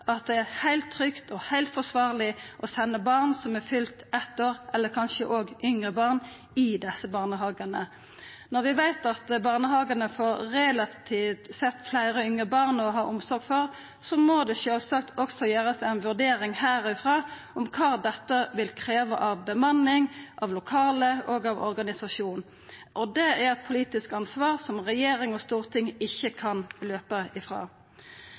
at det er heilt trygt og heilt forsvarleg å senda barn som er fylte eitt år – eller kanskje òg yngre barn – i desse barnehagane. Når vi veit at barnehagane får relativt sett fleire yngre barn å ha omsorg for, må det sjølvsagt også gjerast ei vurdering herfrå av kva dette vil krevja av bemanning, av lokale og av organisering. Det er eit politisk ansvar som regjering og storting ikkje kan